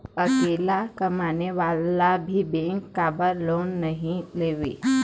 अकेला कमाने वाला ला भी बैंक काबर लोन नहीं देवे?